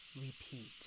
repeat